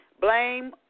blame